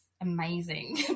amazing